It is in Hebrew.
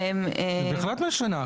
בהחלט משנה.